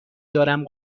دارم